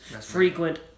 frequent